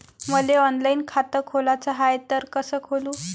मले ऑनलाईन खातं खोलाचं हाय तर कस खोलू?